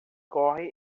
corre